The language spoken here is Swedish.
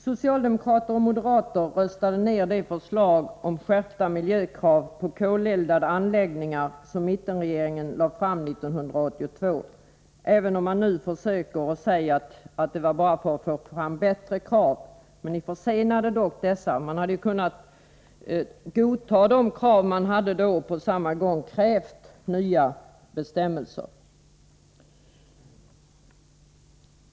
Socialdemokrater och moderater röstade ner det förslag om skärpta miljökrav på koleldade anläggningar som mittenregeringen lade fram 1982, även om ni nu försöker säga att det var för att få fram bättre krav. Men ni försenade ju kraven — ni hade kunnat godta kraven då och på samma gång kräva nya bestämmelser.